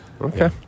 Okay